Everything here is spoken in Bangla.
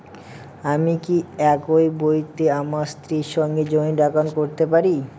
আমি কি একই বইতে আমার স্ত্রীর সঙ্গে জয়েন্ট একাউন্ট করতে পারি?